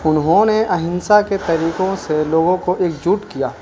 انہوں نے اہنسہ کے طریقوں سے لوگوں کو ایکجٹ کیا